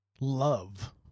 love